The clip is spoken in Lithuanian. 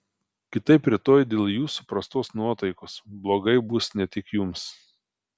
kitaip rytoj dėl jūsų prastos nuotaikos blogai bus ne tik jums